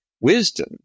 wisdom